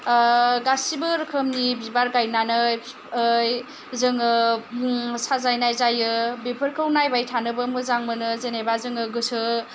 गासिबो रोखोमनि बिबार गायनानै जोङो साजायनाय जायो बेफोरखौ नायबाय थानोबो मोजां मोनो जेनेबा जोङो गोसो